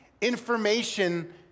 information